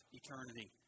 eternity